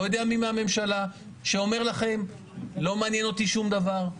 אני לא יודע מי מהממשלה שאומר לכם: לא מעניין אותי שום דבר,